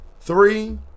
three